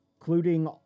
including